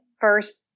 first